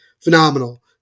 phenomenal